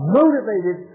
motivated